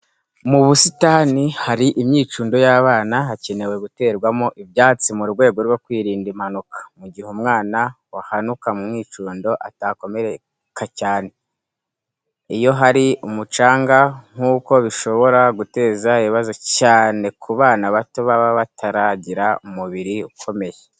Mu busitani ahari imyicundo y'abana, hakenewe guterwa mo ibyatsi mu rwego rwo kwirinda impanuka mu gihe umwana wahanuka mu mwicundo atakomereka cyane. Iyo harimo umucanga nk'uku bishobora guteza ibibazo cyane ku bana bato baba bataragira umubiri ukomeye.